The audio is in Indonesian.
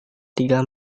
tiga